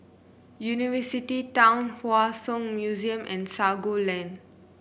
University Town Hua Song Museum and Sago Lane